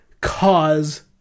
cause